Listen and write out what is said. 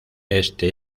este